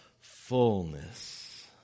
fullness